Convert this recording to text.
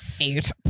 Eight